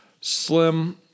Slim